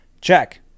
Check